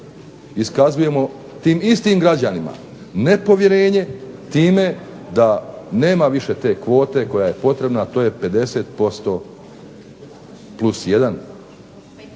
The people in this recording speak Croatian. iskazujemo tim istim građanima nepovjerenje time da nema više te kvote koja je potrebna, a to je 50% +1